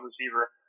receiver